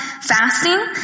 Fasting